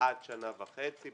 עד שנה וחצי.